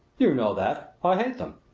you know that. i hate them.